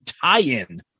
tie-in